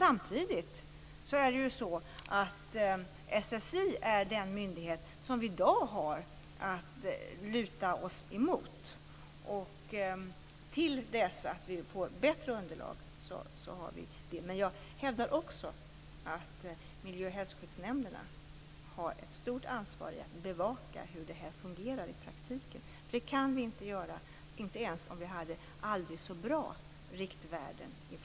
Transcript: Samtidigt är SSI den myndighet vi i dag har att luta oss emot. Till dess att vi får bättre underlag är det så. Men jag hävdar också att miljö och hälsoskyddsnämnderna har ett stort ansvar för att bevaka hur detta fungerar i praktiken. Det kan vi inte göra från statens sida - inte ens om vi hade aldrig så bra riktvärden.